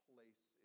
Place